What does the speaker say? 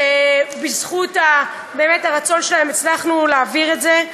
שבאמת בזכות הרצון שלהם הצלחנו להעביר את זה.